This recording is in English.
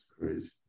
Crazy